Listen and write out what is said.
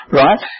right